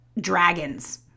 dragons